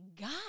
God